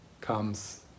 comes